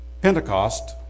Pentecost